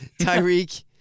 Tyreek